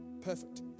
Perfect